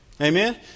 Amen